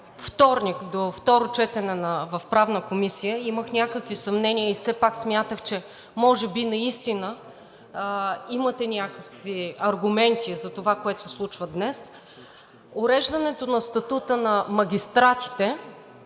до вторник, до второ четене в Правната комисия имах някакви съмнения и все пак смятах, че може би наистина имате някакви аргументи за това, което се случва днес, уреждането на статута на магистратите